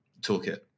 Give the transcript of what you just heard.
toolkit